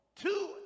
Two